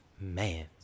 Man